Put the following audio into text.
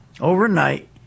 overnight